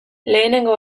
lehenengo